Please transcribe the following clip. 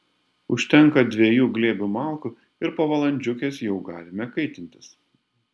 užtenka dviejų glėbių malkų ir po valandžiukės jau galime kaitintis